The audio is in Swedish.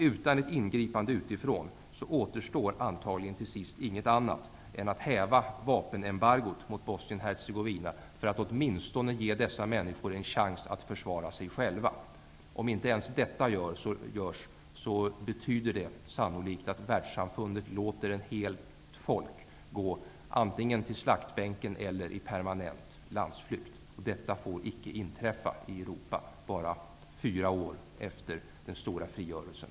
Utan ett ingripande utifrån tror jag tyvärr att det antagligen till sist inte återstår något annat än att man häver vapenembargot mot Bosnien Hercegovina, så att människorna där åtminstone ges en chans att försvara sig själva. Om inte ens detta görs betyder det sannolikt att världssamfundet låter ett helt folk gå antingen till slaktbänken eller i permanent landsflykt. Detta får icke inträffa i Europa bara fyra år efter den stora frigörelsen.